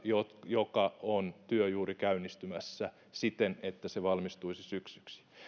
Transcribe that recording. joka työ on juuri käynnistymässä siten että se valmistuisi syksyksi no